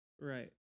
Right